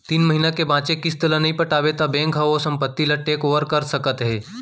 तीन महिना के बांचे किस्त ल नइ पटाबे त बेंक ह ओ संपत्ति ल टेक ओवर कर सकत हे